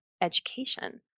education